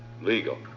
legal